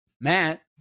Matt